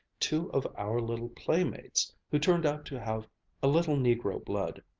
two of our little playmates, who turned out to have a little negro blood,